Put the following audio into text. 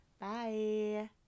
Bye